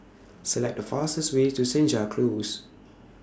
Select The fastest Way to Senja Close